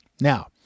Now